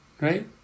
Right